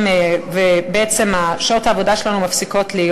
ובעצם שעות העבודה שלנו מפסיקות להיות